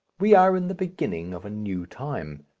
we are in the beginning of a new time,